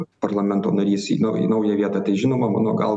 parlamento narys į naują vietą tai žinoma mano galva